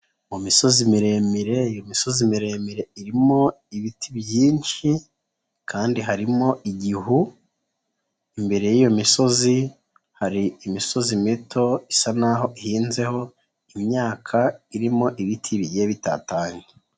Mu misozi miremire iyo misozi miremire irimo ibiti byinshi kandi harimo igihu, imbere y'iyo misozi hari imisozi mito isa naho ihinzeho imyaka irimo ibiti bigiye bitatanya.